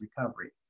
recovery